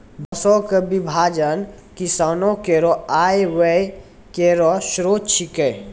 बांसों क विभाजन किसानो केरो आय व्यय केरो स्रोत छिकै